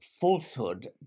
falsehood